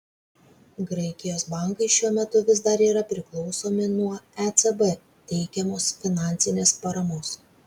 graikijos bankai šiuo metu vis dar yra priklausomi nuo ecb teikiamos finansinės paramos